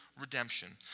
redemption